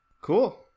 Cool